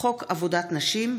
(חוק עבודת נשים),